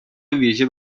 ویژه